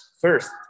first